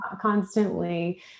constantly